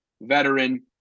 veteran